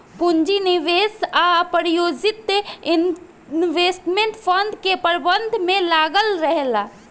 पूंजी निवेश आ प्रायोजित इन्वेस्टमेंट फंड के प्रबंधन में लागल रहेला